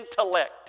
intellect